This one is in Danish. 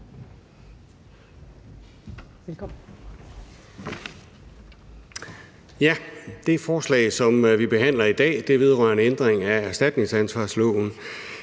Det forslag, som vi behandler i dag, vedrører en ændring af erstatningsansvarsloven,